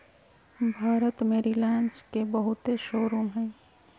भारत में रिलाएंस के बहुते शोरूम हई